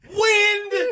wind